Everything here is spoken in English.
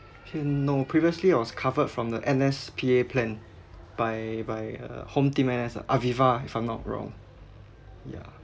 pin~ no previously I was covered from the N_S P_A plan by by uh home team N_S ah aviva if I'm not wrong ya